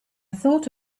thought